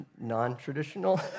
non-traditional